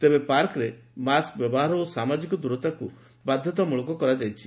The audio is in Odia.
ତେବେ ପାର୍କରେ ମାସ୍କ ବ୍ୟବହାର ଓ ସାମାଜିକ ଦୂରତାକୁ ବାଧତାମୂଳକ କରାଯାଇଛି